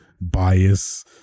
bias